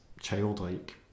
childlike